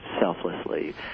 selflessly